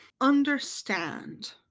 understand